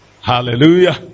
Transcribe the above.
hallelujah